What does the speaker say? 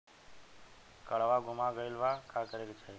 काडवा गुमा गइला पर का करेके चाहीं?